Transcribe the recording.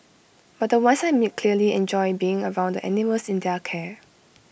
but the ones I meet clearly enjoy being around the animals in their care